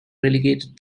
relegated